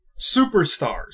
superstars